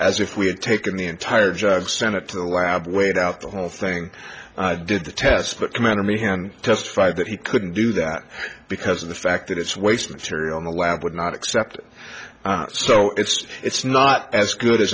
as if we had taken the entire job send it to the lab wait out the whole thing did the test but commander me hand testified that he couldn't do that because of the fact that it's waste material in the lab would not accept it so it's it's not as good as